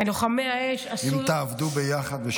לוחמי האש עשו, אם תעבדו ביחד, בשיתוף פעולה.